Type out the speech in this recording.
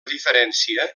diferència